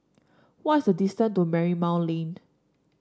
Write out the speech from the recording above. what's the distant to Marymount Lane